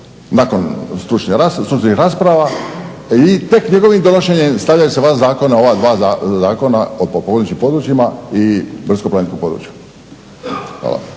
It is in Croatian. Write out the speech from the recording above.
nakon stručne rasprave i tek njegovim donošenjem stavljaju se van zakona ova dva zakona o potpomognutim područjima i brdsko-planinskom području. Hvala.